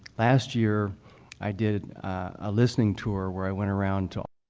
last year i did a listening tour where i went around to